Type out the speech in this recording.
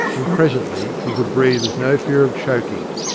and presently he could breathe with no fear of choking.